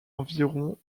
environ